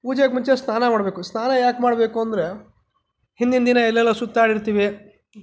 ಪೂಜೆಗೆ ಮುಂಚೆ ಸ್ನಾನ ಮಾಡಬೇಕು ಸ್ನಾನ ಯಾಕೆ ಮಾಡಬೇಕು ಅಂದರೆ ಹಿಂದಿನ ದಿನ ಎಲ್ಲೆಲ್ಲೋ ಸುತ್ತಾಡಿರ್ತೀವಿ